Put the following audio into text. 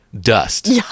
dust